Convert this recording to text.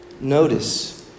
Notice